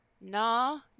no